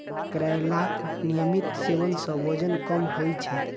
करैलाक नियमित सेवन सं वजन कम होइ छै